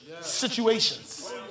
situations